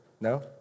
No